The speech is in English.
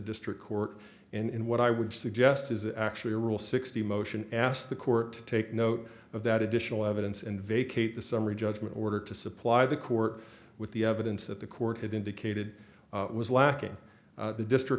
district court in what i would suggest is actually a rule sixty motion asked the court to take note of that additional evidence and vacate the summary judgment order to supply the court with the evidence that the court had indicated was lacking the district